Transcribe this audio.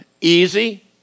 easy